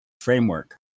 framework